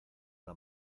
una